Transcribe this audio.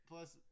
Plus